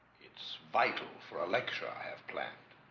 it's vital for a lecture. i have planned